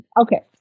Okay